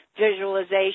visualization